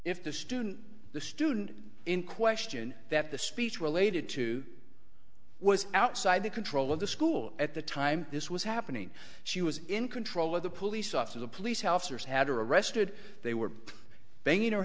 if the student the student in question that the speech related to was outside the control of the school at the time this was happening she was in control of the police officer the police officers had her arrested they were